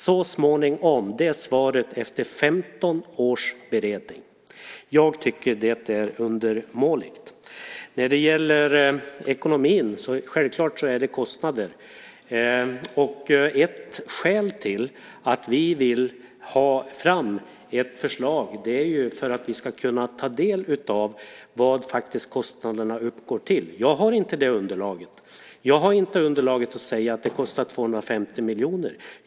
Så småningom är svaret efter 15 års beredning. Jag tycker att det är undermåligt. När det gäller ekonomin innebär det självklart kostnader. Ett skäl till att vi vill ha fram ett förslag är att vi ska kunna ta del av vad kostnaderna faktiskt uppgår till. Jag har inte det underlaget. Jag har inte underlaget för att säga att det kostar 250 miljoner.